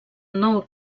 nou